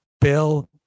Bill